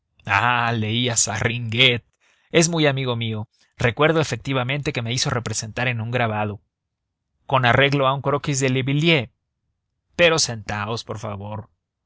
leíais a ringuet es muy amigo mío recuerdo efectivamente que me hizo representar en un grabado con arreglo a un croquis de leveillé pero sentaos por favor